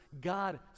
God